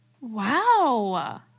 Wow